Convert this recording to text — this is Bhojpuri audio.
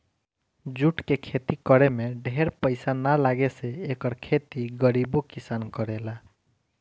जूट के खेती करे में ढेर पईसा ना लागे से एकर खेती गरीबो किसान करेला